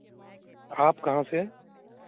आप कहाँ से